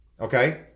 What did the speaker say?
Okay